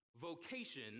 vocation